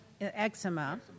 Eczema